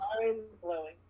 Mind-blowing